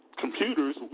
computers